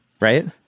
Right